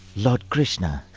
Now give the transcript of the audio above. lord krishna,